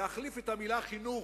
להחליף את המלה "חינוך"